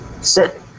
sit